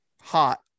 hot